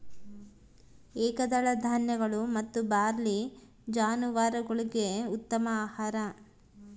ಏಕದಳ ಧಾನ್ಯಗಳು ಮತ್ತು ಬಾರ್ಲಿ ಜಾನುವಾರುಗುಳ್ಗೆ ಉತ್ತಮ ಆಹಾರ